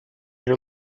your